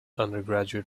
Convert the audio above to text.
undergraduate